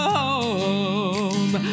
home